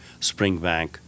Springbank